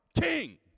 king